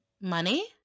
Money